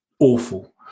awful